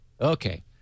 Okay